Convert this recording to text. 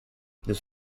this